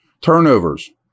Turnovers